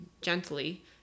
gently